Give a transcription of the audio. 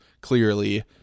clearly